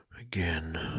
again